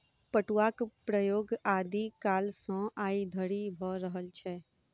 पटुआक प्रयोग आदि कालसँ आइ धरि भ रहल छै